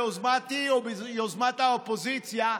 ביוזמתי וביוזמת האופוזיציה,